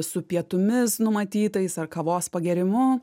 su pietumis numatytais ar kavos pagėrimu